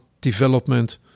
development